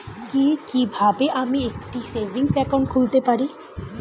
কি কিভাবে আমি একটি সেভিংস একাউন্ট খুলতে পারি?